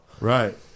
Right